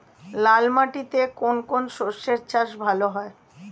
লাল মাটিতে কোন কোন শস্যের চাষ ভালো হয়?